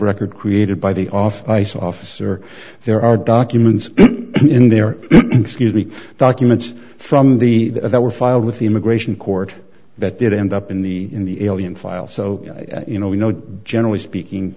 record created by the off ice officer there are documents in their documents from the that were filed with the immigration court that did end up in the in the alien file so you know we know generally speaking